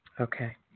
Okay